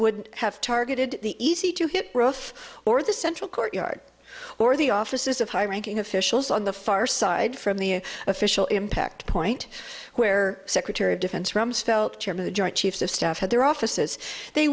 would have targeted the easy to hit growth or the central courtyard or the offices of high ranking officials on the far side from the official impact point where secretary of defense rumsfeld chairman the joint chiefs of staff had their offices they